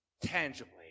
tangibly